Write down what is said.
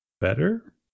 better